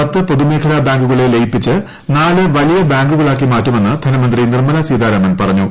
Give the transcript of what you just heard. പത്ത് പൊതുമേഖലാ ബാങ്കുകളെ ലയിപ്പിച്ച് നാല് വലിയ ബാങ്കുകളാക്കി മാറ്റുമെന്ന് ധനമന്ത്രി നിർമ്മലാ സീതാരാമൻ പറഞ്ഞു